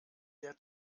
der